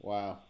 Wow